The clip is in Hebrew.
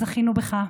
זכינו בך.